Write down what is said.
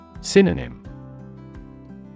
Synonym